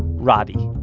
roddie.